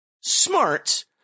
smart